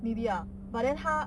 maybe ah but then 他